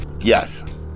yes